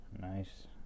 Nice